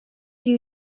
you